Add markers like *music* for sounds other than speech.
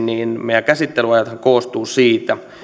*unintelligible* niin meidän käsittelyajathan koostuvat siitä